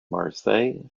marseille